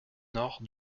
nord